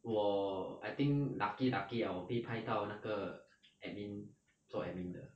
我 I think lucky lucky ah 我被拍到那个 admin 做 admin 的